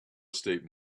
estate